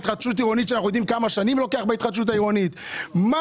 התחדשות עירונית שאנחנו יודעים כמה שנים לוקח בהתחדשות עירונית ואני